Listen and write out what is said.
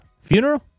Funeral